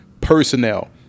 personnel